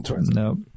Nope